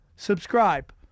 subscribe